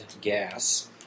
gas